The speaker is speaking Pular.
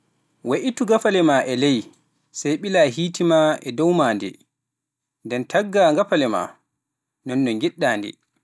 Way ittu gafale maa e ley, sey ɓilaa hiite maa e dow maade, nden taggaa gafale maa non no ngiɗɗaa-nde